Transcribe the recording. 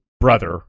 brother